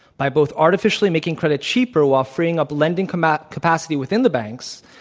by both artificially making credit cheaper while freeing up lending um and capacity within the banks,